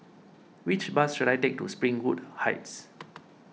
which bus should I take to Springwood Heights